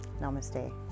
Namaste